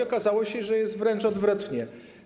Okazało się, że jest wręcz odwrotnie.